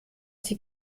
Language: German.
sie